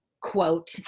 quote